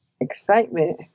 excitement